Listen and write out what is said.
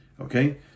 Okay